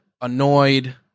annoyed